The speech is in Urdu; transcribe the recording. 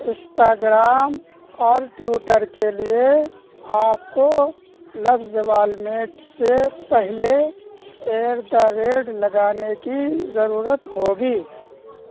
اسٹاگرام اور ٹویٹر کے لیے آپ کو لفظ والمیٹ سے پہلے ایٹ دا ریٹ لگانے کی ضرورت ہوگی